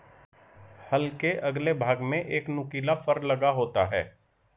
हल के अगले भाग में एक नुकीला फर लगा होता है